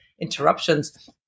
interruptions